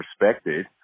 respected